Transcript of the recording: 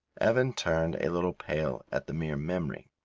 evan turned a little pale at the mere memory,